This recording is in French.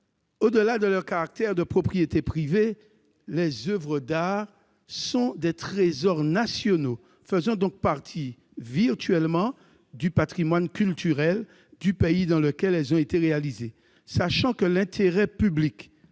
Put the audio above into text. Au-delà de leur caractère de propriété privée, les oeuvres d'art sont des trésors nationaux, faisant donc partie virtuellement du patrimoine culturel du pays dans lequel elles ont été réalisées. Dans la mesure où l'intérêt public